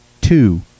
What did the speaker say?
two